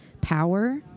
power